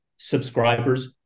subscribers